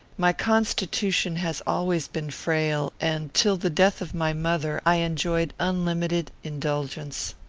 my constitution has always been frail, and, till the death of my mother, i enjoyed unlimited indulgence.